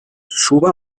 suba